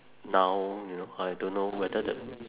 now you know I don't know whether the